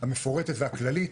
המפורטת והכללית,